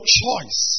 choice